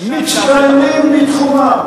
מצטיינים בתחומם.